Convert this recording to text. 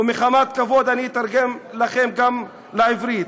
ומחמת הכבוד אני אתרגם לכם גם לעברית.